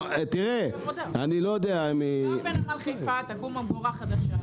גם בנמל חיפה תקום ממגורה חדשה.